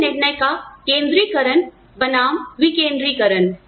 वेतन निर्णय का केंद्रीकरण बनाम विकेन्द्रीकरण